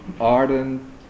ardent